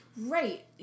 Right